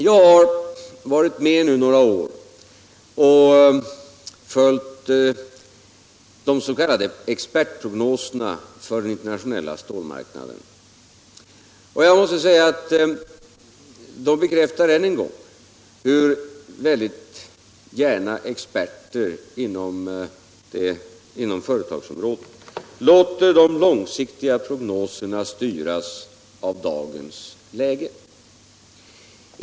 Jag har varit med några år och följt de s.k. expertprognoserna för den internationella stål marknaden. Jag har nu ännu en gång fått bekräftat hur gärna experter inom företagsområdet låter de långsiktiga prognoserna styras av dagens läge.